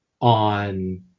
on